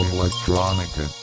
Electronica